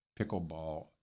pickleball